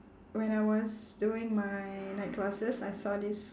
when I was doing my night classes I saw this